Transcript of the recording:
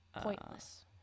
Pointless